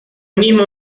misma